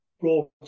brought